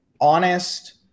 honest